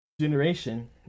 generation